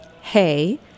Hey